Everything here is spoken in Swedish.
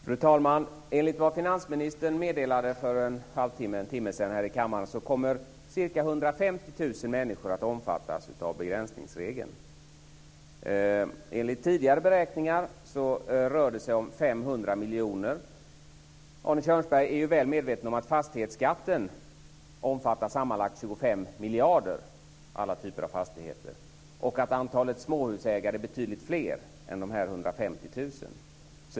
Fru talman! Enligt vad finansministern meddelade för en halvtimme eller en timme sedan här i kammaren kommer ca 150 000 människor att omfattas av begränsningsregeln. Enligt tidigare beräkningar rör det sig om 500 miljoner. Arne Kjörnsberg är väl medveten om att fastighetsskatten omfattar sammanlagt 25 miljarder för alla typer av fastigheter och att antalet småhusägare är betydligt fler än dessa 150 000.